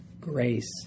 grace